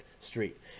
Street